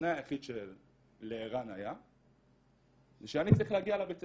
התנאי היחיד שלערן היה זה שאני צריך להגיע לבית ספר.